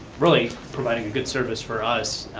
really, providing a good service for us.